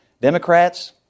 Democrats